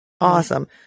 Awesome